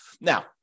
Now